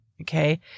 okay